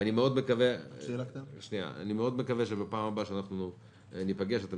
ואני מקווה מאוד שבפעם הבאה שאנחנו ניפגש אתם